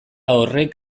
horrek